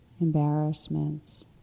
embarrassments